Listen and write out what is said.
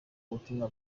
ubutumwa